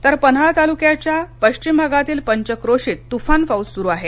तर पन्हाळा तालुक्याच्या पश्चिम भागातील पंचक्रोशीत तुफान पाऊस सुरू आहे